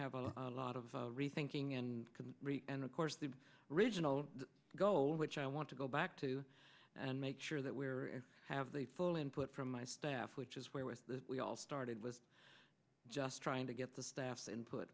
have a lot of rethinking and and of course the original goal which i want to go back to and make sure that we're have the full input from my staff which is where with we all started with just trying to get the staff input